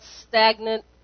stagnant